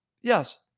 Yes